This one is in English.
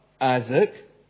Isaac